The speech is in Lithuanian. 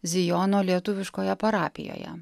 zijono lietuviškoje parapijoje